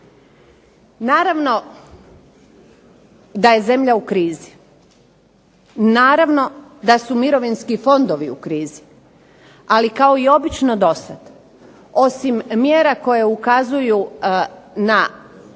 Naravno, da je zemlja u krizi, naravno da su mirovinski fondovi u krizi, ali kao i obično dosad osim mjera koje ukazuju na